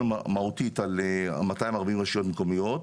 מהותית על מאתיים וארבעים רשויות מקומיות.